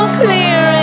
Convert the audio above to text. clear